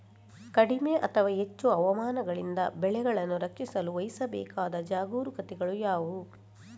ಕಡಿಮೆ ಅಥವಾ ಹೆಚ್ಚು ಹವಾಮಾನಗಳಿಂದ ಬೆಳೆಗಳನ್ನು ರಕ್ಷಿಸಲು ವಹಿಸಬೇಕಾದ ಜಾಗರೂಕತೆಗಳು ಯಾವುವು?